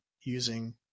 using